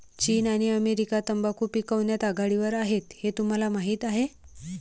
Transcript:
चीन आणि अमेरिका तंबाखू पिकवण्यात आघाडीवर आहेत हे तुम्हाला माहीत आहे